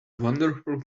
wonderful